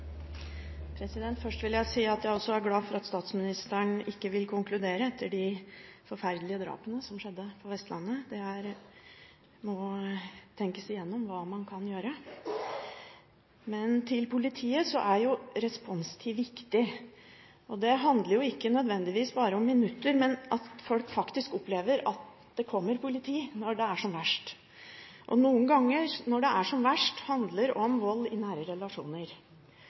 oppfølgingsspørsmål. Først vil jeg si at jeg er glad for at statsministeren ikke vil konkludere – etter de forferdelige drapene som skjedde på Vestlandet. Det må tenkes igjennom hva man kan gjøre. Når det gjelder politiet, er responstid viktig. Det handler ikke nødvendigvis bare om minutter, men om at folk opplever at politiet kommer når det er som verst. Og noen ganger når det er som verst, handler det om vold i nære relasjoner.